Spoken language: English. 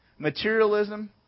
Materialism